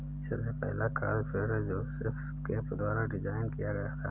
सबसे पहला खाद स्प्रेडर जोसेफ केम्प द्वारा डिजाइन किया गया था